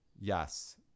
Yes